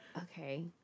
Okay